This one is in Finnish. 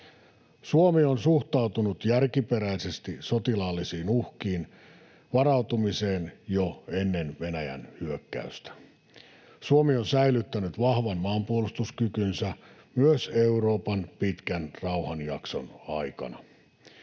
Suomi on suhtautunut järkiperäisesti sotilaallisiin uhkiin varautumiseen jo ennen Venäjän hyökkäystä. Suomi on säilyttänyt vahvan maanpuolustuskykynsä myös Euroopan pitkän rauhanjakson aikana.